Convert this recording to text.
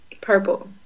Purple